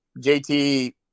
JT